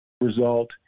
result